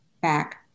back